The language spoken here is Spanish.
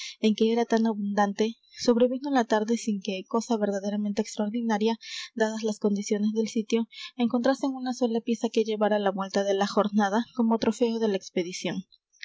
en que era tan abundante sobrevino la tarde sin que cosa verdaderamente extraordinaria dadas las condiciones del sitio encontrasen una sola pieza que llevar á la vuelta de la jornada como trofeo de la expedición